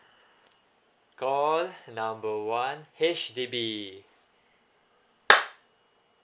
call number one H_D_B